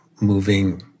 moving